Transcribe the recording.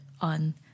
on